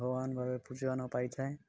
ଭଗବାନ ଭାବେ ପୂଜୟନ ପାଇଥାଏ